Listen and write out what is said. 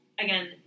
again